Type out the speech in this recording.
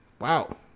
Wow